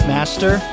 Master